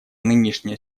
нынешняя